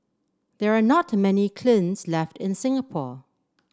there are not many kilns left in Singapore